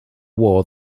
war